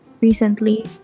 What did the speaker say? recently